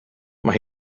mae